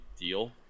deal